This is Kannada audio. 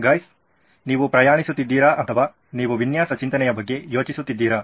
ಗೈಸ್ ನೀವು ಪ್ರಯಾಣಿಸುತ್ತಿದ್ದೀರಾ ಅಥವಾ ನೀವು ವಿನ್ಯಾಸ ಚಿಂತನೆಯ ಬಗ್ಗೆ ಯೋಚಿಸುತ್ತಿದ್ದೀರಾ